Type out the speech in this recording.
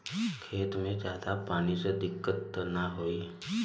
खेत में ज्यादा पानी से दिक्कत त नाही होई?